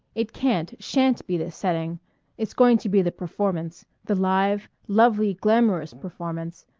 it can't, shan't be the setting it's going to be the performance, the live, lovely, glamourous performance,